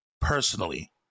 personally